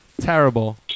Terrible